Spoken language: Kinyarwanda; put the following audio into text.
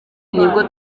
nibwo